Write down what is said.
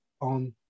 on